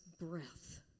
breath